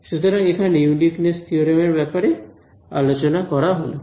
সুতরাং এখানে uniqueness theorem এর ব্যাপারে আলোচনা করা হলো